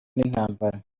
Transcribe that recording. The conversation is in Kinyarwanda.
n’intambara